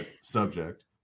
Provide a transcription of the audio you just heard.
subject